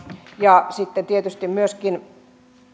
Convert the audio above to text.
ja sitten tietysti